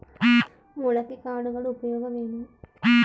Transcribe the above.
ಮೊಳಕೆ ಕಾಳುಗಳ ಉಪಯೋಗವೇನು?